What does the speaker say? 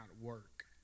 work